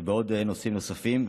ובעוד נושאים נוספים.